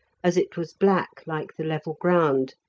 as it was black like the level ground.